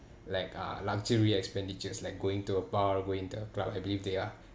like uh luxury expenditures like going to a bar going to a club I believe they are